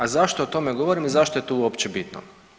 A zašto o tome govorim i zašto je to uopće bitno?